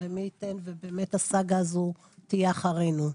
ומי ייתן ובאמת הסאגה הזו תהיה אחרינו.